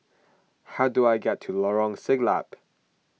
how do I get to Lorong Siglap